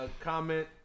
comment